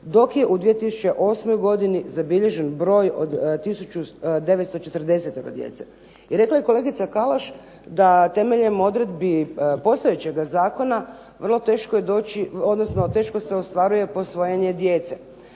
dok je u 2008. godini zabilježen broj od tisuću 940 djece. I rekla je kolegica Kalaš da temeljem odredbi postojećega zakona vrlo teško je doći odnosno teško